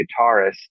guitarist